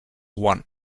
one